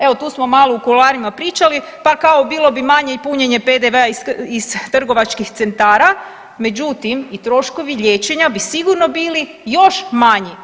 Evo tu smo malo u kuloarima pričali pa kao bilo bi manje punjenje PDV-a iz trgovačkih centra, međutim i troškovi liječenja bi sigurno bili još manji.